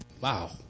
Wow